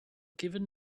given